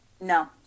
No